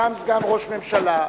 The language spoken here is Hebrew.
גם סגן ראש ממשלה,